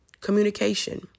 Communication